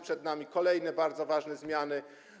Przed nami kolejne bardzo ważne zmiany.